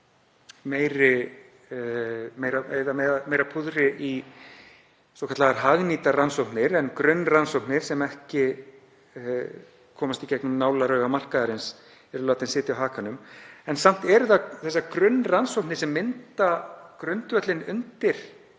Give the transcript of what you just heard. meira púðri í svokallaðar hagnýtar rannsóknir, en grunnrannsóknir sem ekki komast í gegnum nálarauga markaðarins eru látnar sitja á hakanum. Samt eru það þessar grunnrannsóknir sem mynda grundvöllinn undir